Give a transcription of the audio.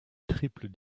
triple